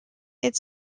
its